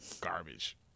garbage